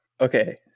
Okay